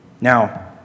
Now